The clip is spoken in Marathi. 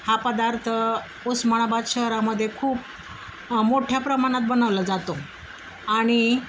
हा पदार्थ उस्मानाबात शहरामध्ये खूप मोठ्या प्रमाणात बनवला जातो आणि